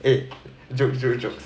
eh joke joke jokes